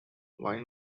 why